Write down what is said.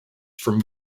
from